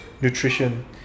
nutrition